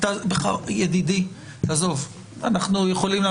ידידי, עזוב את זה.